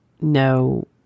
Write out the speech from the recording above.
no